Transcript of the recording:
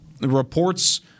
reports